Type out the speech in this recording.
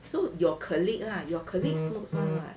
so your colleague lah your colleagues smokes [one] [right]